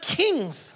kings